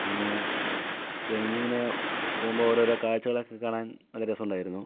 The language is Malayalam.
പിന്നെ ട്രെനിങ്ങനെ പോകുമ്പോൾ ഓരോരോ കാഴ്ചകളൊക്കെ കാണാൻ നല്ല രസമുണ്ടായിരുന്നു